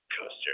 coaster